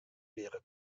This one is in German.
wäre